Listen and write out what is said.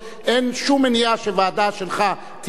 אין שום מניעה שוועדה שלך תהיה,